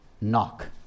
knock